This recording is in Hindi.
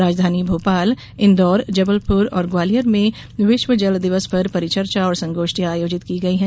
राजधानी भोपाल इन्दौर जबलपुर और ग्वालियर में विश्व जल दिवस पर परिचर्चा और संगोष्ठियां आयोजित की गई हैं